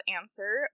answer